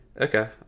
Okay